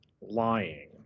lying